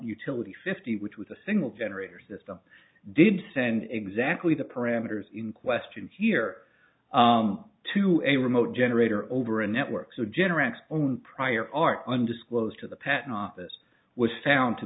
which was a single generator system did send exactly the parameters in question here to a remote generator over a network so generous own prior art undisclosed to the patent office was found to